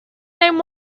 name